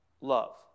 love